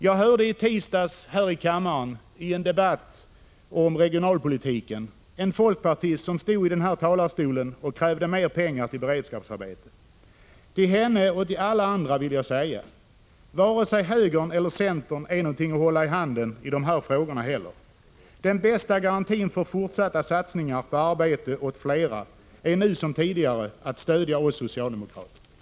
Jag hörde i tisdags här i kammaren, i en debatt om regionalpolitiken, en folkpartist som stod i denna talarstol och krävde mer pengar till beredskapsarbeten. Till henne och alla andra vill jag säga: Vare sig högern eller centern är något att hålla i handen beträffande dessa frågor. Den bästa garantin för fortsatta satsningar på arbete åt fler är nu som tidigare att stödja oss socialdemokrater.